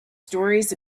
stories